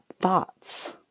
thoughts